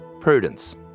Prudence